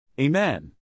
Amen